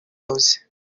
house